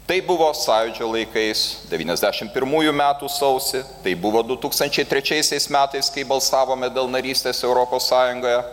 tai buvo sąjūdžio laikais devyniasdešim pirmųjų metų sausį tai buvo du tūkstančiai trečiaisiais metais kai balsavome dėl narystės europos sąjungoje